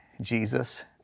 Jesus